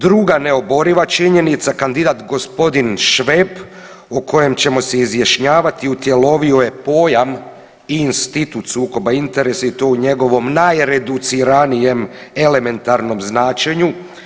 Druga neoboriva činjenica, kandidat gospodin Šveb o kojem ćemo se izjašnjavati utjelovio je pojam i institut sukoba interesa i to u njegovom najreduciranijem elementarnom značenju.